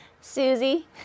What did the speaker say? Susie